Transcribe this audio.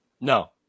No